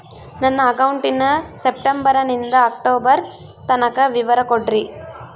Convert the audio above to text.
ನನ್ನ ಅಕೌಂಟಿನ ಸೆಪ್ಟೆಂಬರನಿಂದ ಅಕ್ಟೋಬರ್ ತನಕ ವಿವರ ಕೊಡ್ರಿ?